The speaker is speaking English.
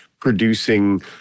producing